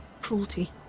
cruelty